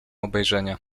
obejrzenia